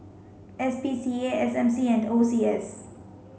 S P C A S M C and O C S